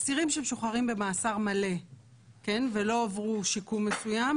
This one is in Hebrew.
אסירים שמשוחררים במאסר מלא ולא עברו שיקום מסוים,